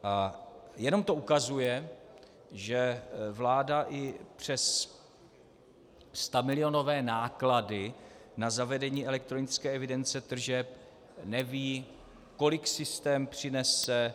A jenom to ukazuje, že vláda i přes stamilionové náklady na zavedení elektronické evidence tržeb neví, kolik systém přinese.